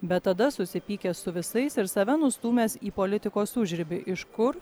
bet tada susipykęs su visais ir save nustūmęs į politikos užribį iš kur